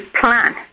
plan